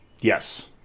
Yes